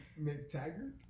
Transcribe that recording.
McTaggart